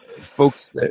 folks